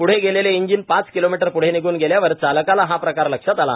पूढे गेलेलं इंजिन पाच किलोमीटर पुढे निघून गेल्यावर चालकाला हा प्रकार लक्षात आला